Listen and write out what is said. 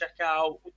checkout